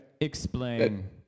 Explain